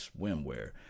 swimwear